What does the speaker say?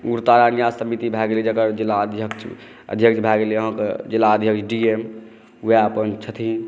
उग्रतारा न्यास समिति भए गेलै जेकर ज़िलाध्यक्ष अध्यक्ष भए गेलै अहाँके ज़िलाध्यक्ष डी एम वएह अपन छथिन